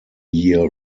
year